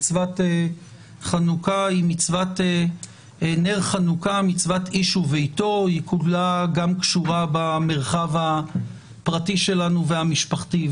"מצוות חנוכה נר איש וביתו" קשורה גם במרחב הפרטי שלנו וגם המשפחתי.